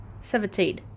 Seventeen